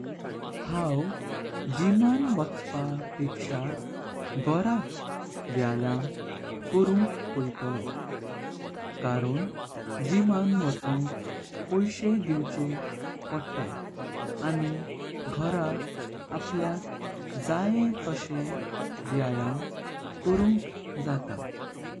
हांव जिमान वयचपाः पेख्शा घरांत व्यायाम करुंक पोहितलो कारण जिमान वयचोँक पैशेन दिवचें। पोता अणि घोरा अपल्या जायें तसें व्यायाम करुंक जातां।